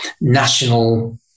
national